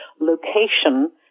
location